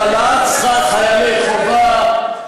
העלאת שכר חיילי חובה,